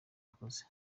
yakoze